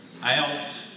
out